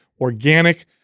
organic